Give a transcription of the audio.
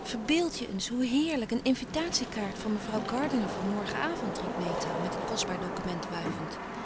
verbeeld je eens hoe heerlijk een invitatiekaart van mevrouw gardiner voor morgenavond riep meta met het kostbaar document wuivend